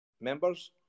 members